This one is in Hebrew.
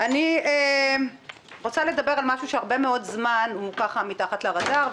אני רוצה לדבר על משהו שהרבה מאוד זמן הוא ככה מתחת לרדאר,